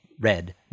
red